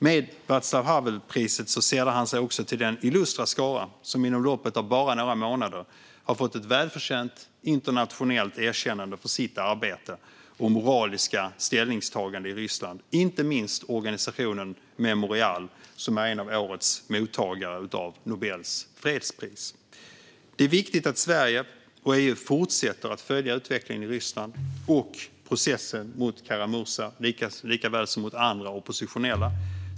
Med Václav Havel-priset sällar han sig också till den illustra skara som inom loppet av bara några månader har fått ett välförtjänt internationellt erkännande för sitt arbete och moraliska ställningstagande i Ryssland. Där finns inte minst organisationen Memorial, som är en av årets mottagare av Nobels fredspris. Det är viktigt att Sverige och EU fortsätter att följa utvecklingen i Ryssland och processen mot Kara-Murza likaväl som processen mot andra oppositionella.